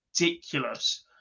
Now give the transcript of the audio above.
ridiculous